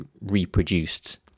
reproduced